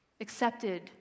accepted